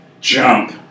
jump